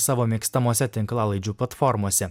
savo mėgstamose tinklalaidžių platformose